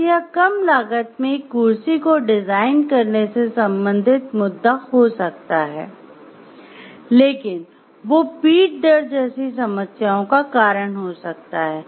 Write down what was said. अब यह कम लागत में एक कुर्सी को डिजाइन करने से संबंधित मुद्दा हो सकता है लेकिन वो पीठ दर्द जैसी समस्याओं का कारण हो सकता है